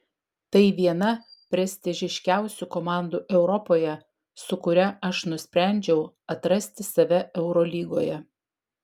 tai viena prestižiškiausių komandų europoje su kuria aš nusprendžiau atrasti save eurolygoje